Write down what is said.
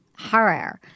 Harare